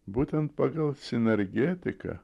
būtent pagal sinergetiką